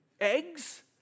Eggs